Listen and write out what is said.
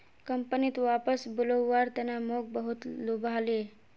कंपनीत वापस बुलव्वार तने मोक बहुत लुभाले